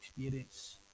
experience